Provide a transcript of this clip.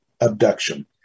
abduction